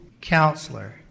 Counselor